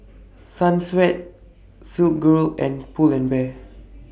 Sunsweet Silkygirl and Pull and Bear